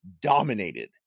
dominated